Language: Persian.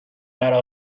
برا